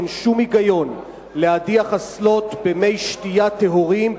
אין שום היגיון להדיח אסלות במי שתייה טהורים,